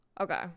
okay